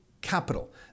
capital